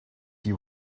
you